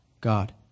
God